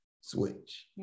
switch